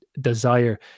desire